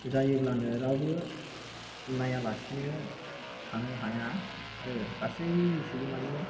जायोब्लानो रावबो नायालासिनो थानो हाया आरो गासै सुबुङानो